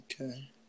Okay